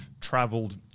traveled